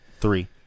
three